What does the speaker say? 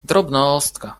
drobnostka